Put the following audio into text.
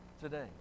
today